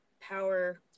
power